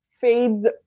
fades